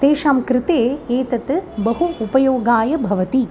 तेषां कृते एतत् बहु उपयोगाय भवति